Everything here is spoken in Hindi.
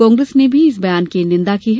कांग्रेस ने भी इस बयान की निंदा की है